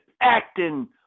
acting